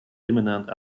imminent